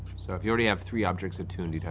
so if you already have three objects attuned, you'd have